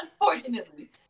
unfortunately